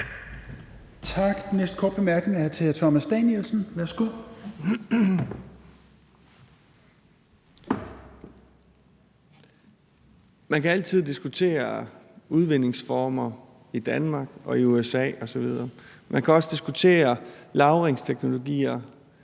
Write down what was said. Man kan altid diskutere udvindingsformer i Danmark og i USA osv., man kan også diskutere lagringsteknologier